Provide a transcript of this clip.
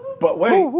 but wait,